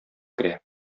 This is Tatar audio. керә